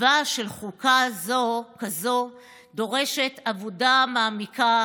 כתיבה של חוקה כזאת דורשת עבודה מעמיקה